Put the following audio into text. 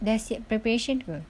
dah siap preparation ke